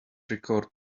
record